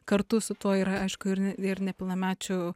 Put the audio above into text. kartu su tuo yra aišku ir ir nepilnamečių